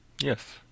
yes